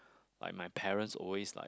like my parents always like